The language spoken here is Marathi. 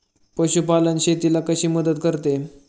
पशुपालन शेतीला कशी मदत करते?